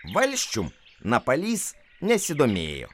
valsčių napalys nesidomėjo